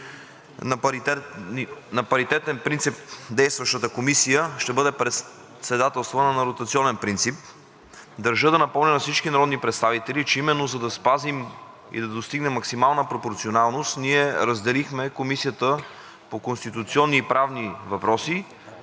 на паритетен принцип действащата комисия ще бъде председателствана на ротационен принцип. Държа да напомня на всички народни представители, че именно за да спазим и достигнем максимална пропорционалност, ние разделихме Комисията по конституционни и правни въпроси,